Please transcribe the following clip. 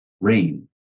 rain